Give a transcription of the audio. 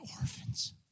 orphans